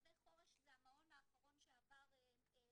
'נווה חורש' זה המעון האחרון שעבר מפעיל,